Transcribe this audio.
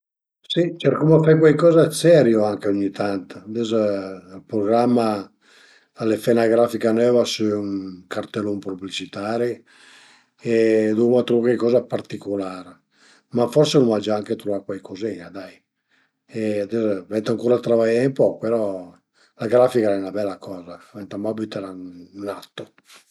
Sincerament avìa avìa paüra dë nué, avìa paüra dë l'acua, l'acua auta, pöi forsi al e stait anche ël militar ch'al a giütame 'na frizinin-a e alura l'ai vinciü cula paüra li, ai cumincià a nué, a ste a gala, nen a nué, nué l'ai ëmparà pöi dopu e bon, pöi pöi l'ai pi nen avü gnün prublema dë cui tipi li